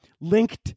linked